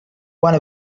one